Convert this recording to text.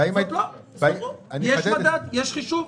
יש חישוב?